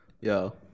Yo